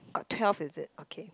got twelve is it okay